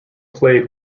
played